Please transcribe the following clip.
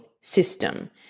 system